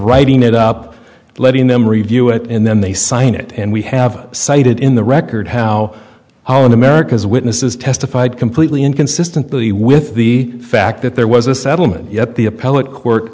writing it up letting them review it and then they sign it and we have cited in the record how all of america's witnesses testified completely inconsistently with the fact that there was a settlement yet the